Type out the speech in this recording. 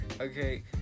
Okay